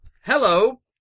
Hello